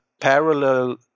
parallel